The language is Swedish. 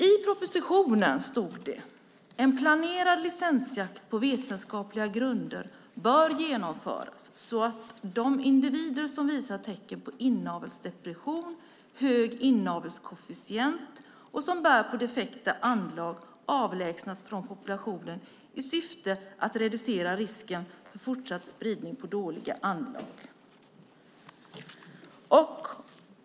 I propositionen stod det: "En planerad licensjakt på vetenskapliga grunder bör genomföras så att de individer som visar tecken på inavelsdepression, hög inavelskoefficient eller som bär på defekta anlag avlägsnas från populationen i syfte att reducera risken för fortsatt spridning av dåliga anlag."